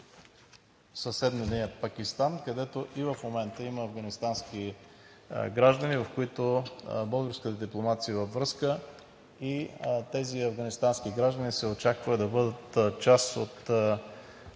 съседния Пакистан, където и в момента има афганистански граждани, с които българската дипломация е във връзка. Тези афганистански граждани се очаква да бъдат част от